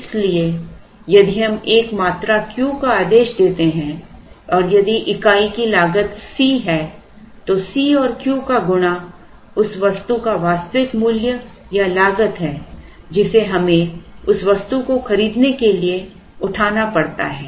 इसलिए यदि हम एक मात्रा Q का आदेश देते हैं और यदि इकाई की लागत C है तो C और Q का गुणा उस वस्तु का वास्तविक मूल्य या लागत है जिसे हमें उस वस्तु को खरीदने के लिए उठाना पड़ता है